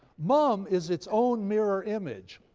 mum is its own mirror image.